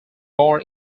born